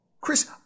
Chris